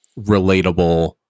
relatable